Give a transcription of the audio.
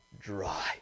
dry